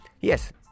yes